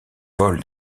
vol